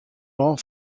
lân